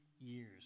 years